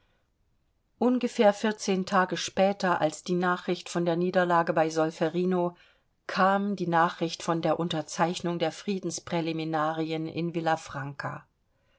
ungefähr vierzehn tage später als die nachricht von der niederlage bei solferino kam die nachricht von der unterzeichnung der friedenspräliminarien in